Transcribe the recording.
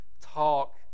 talk